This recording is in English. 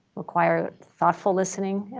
require thoughtful listening,